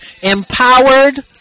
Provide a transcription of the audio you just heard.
empowered